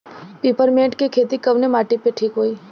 Peppermint के खेती कवने माटी पे ठीक होई?